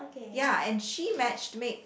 ya and she matched make